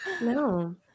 No